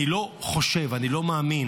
אני לא חושב, אני לא מאמין